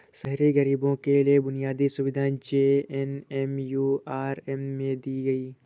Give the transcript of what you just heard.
शहरी गरीबों के लिए बुनियादी सुविधाएं जे.एन.एम.यू.आर.एम में दी गई